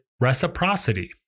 reciprocity